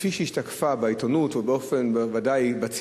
כפי שהשתקפה בעיתונות ובציבור,